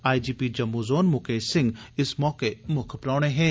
IGP Jammu zone Mukesh Singh इस मौके मुक्ख परौह्ने हे